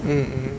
mm mm